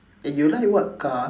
eh you like what car ah